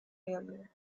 failure